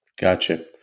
Gotcha